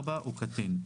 (4)הוא קטין."